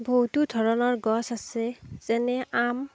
বহুতো ধৰণৰ গছ আছে যেনে আম